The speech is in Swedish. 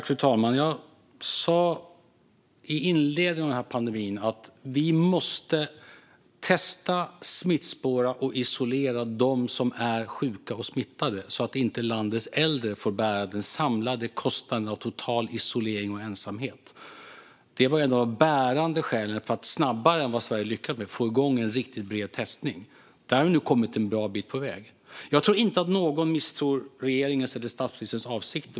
Fru talman! Jag sa i inledningen av pandemin att vi måste testa, smittspåra och isolera dem som är sjuka och smittade, så att inte landets äldre får bära den samlade kostnaden av total isolering och ensamhet. Det var det bärande skälet för att snabbare än vad Sverige lyckades med få igång en riktigt bred testning. Där har vi nu kommit en bra bit på väg. Jag tror inte att någon misstror regeringens eller statsministerns avsikter.